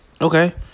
Okay